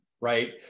right